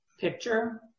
picture